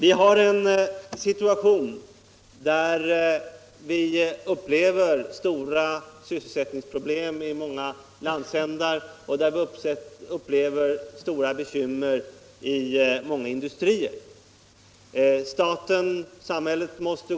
I dagens situation upplever man stora sysselsättningsproblem i många landsändar och många industrier har stora bekymmer.